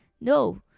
no